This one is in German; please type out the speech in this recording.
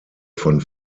von